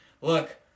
look